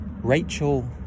Rachel